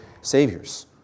saviors